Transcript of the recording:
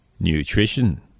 nutrition